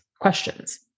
questions